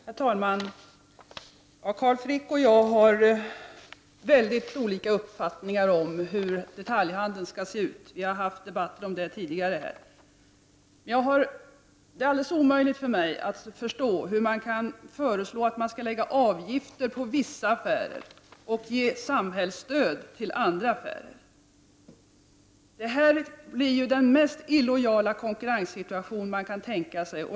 Herr talman! Carl Frick och jag har mycket olika uppfattningar om hur detaljhandeln skall se ut. Vi har tidigare fört debatter om detta. Det är alldeles omöjligt för mig att förstå hur man kan föreslå att det skall läggas avgifter på vissa affärer och ges samhällsstöd till andra. Då uppstår ju den mest illojala konkurrenssituation som man kan tänka sig.